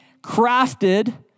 crafted